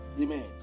Amen